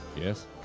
yes